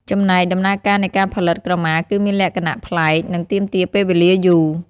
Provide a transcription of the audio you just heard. ចំណែកដំណើរការនៃការផលិតក្រមាគឺមានលក្ខណៈប្លែក និងទាមទារពេលវេលាយូរ។